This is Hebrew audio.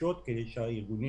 סרס, כשהיה מרס.